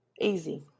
Easy